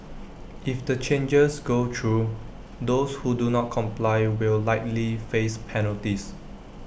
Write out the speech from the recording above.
if the changes go through those who do not comply will likely face penalties